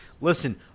Listen